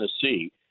Tennessee